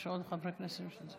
יש עוד חברי כנסת?